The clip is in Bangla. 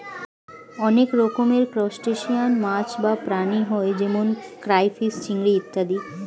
অনেক রকমের ক্রাস্টেশিয়ান মাছ বা প্রাণী হয় যেমন ক্রাইফিস, চিংড়ি ইত্যাদি